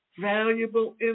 valuable